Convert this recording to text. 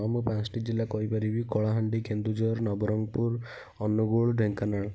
ହଁ ମୁଁ ପାଞ୍ଚଟି ଜିଲ୍ଲା କହିପାରିବି କଳାହାଣ୍ଡି କେନ୍ଦୁଝର ନବରଙ୍ଗପୁର ଅନୁଗୁଳ ଢେଙ୍କାନାଳ